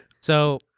So-